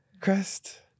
Crest